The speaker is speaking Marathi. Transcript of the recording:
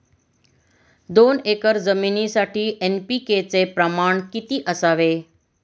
दोन एकर जमीनीसाठी एन.पी.के चे प्रमाण किती असावे?